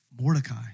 Mordecai